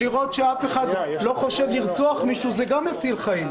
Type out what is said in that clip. לראות שאף אחד לא חושב לרצוח מישהו זה גם מציל חיים,